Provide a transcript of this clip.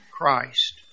Christ